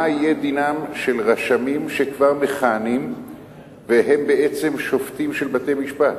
מה יהיה דינם של רשמים שכבר מכהנים והם בעצם שופטים של בתי-משפט?